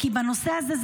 בנושא הזה,